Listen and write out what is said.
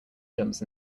jumps